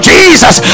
Jesus